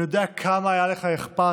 אני יודע כמה היה לך אכפת.